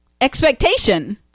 expectation